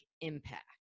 impact